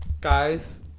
Guys